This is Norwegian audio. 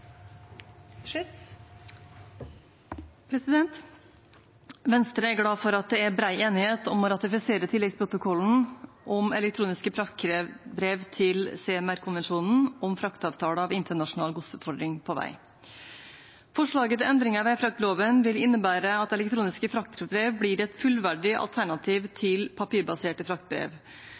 klimamålene. Venstre er glad for at det er bred enighet om å ratifisere tilleggsprotokollen om elektroniske fraktbrev til CMR-konvensjonen om fraktavtaler ved internasjonal godsbefordring på vei. Forslaget til endringer av veifraktloven vil innebære at elektroniske fraktbrev blir et fullverdig alternativ til papirbaserte fraktbrev.